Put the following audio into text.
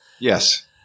Yes